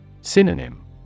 Synonym